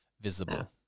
visible